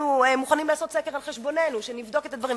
אנחנו מוכנים לעשות סקר על-חשבוננו ונבדוק את הדברים.